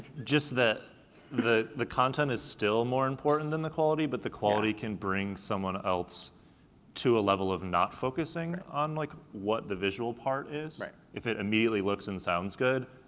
just the the content is still more important than the quality, but the quality can bring someone else to a level of not focusing on like what the visual part is. right. if it immediately looks and sounds good,